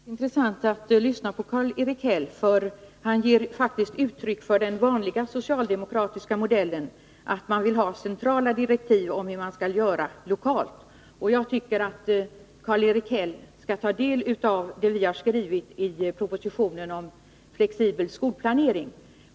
Herr talman! Det är väldigt intressant att lyssna på Karl-Erik Häll, för han ger faktiskt uttryck för den vanliga socialdemokratiska inställningen, att man vill arbeta enligt modellen med centrala direktiv för hur man skall göra lokalt. Jag tycker att Karl-Erik Häll skall ta del av det vi har skrivit i propositionen om flexibel skolplanering.